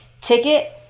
ticket